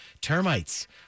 Termites